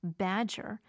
badger